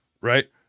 right